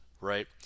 right